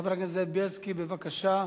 חבר הכנסת זאב בילסקי, בבקשה.